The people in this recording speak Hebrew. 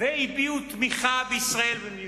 והביעו תמיכה בישראל ובמדיניותה.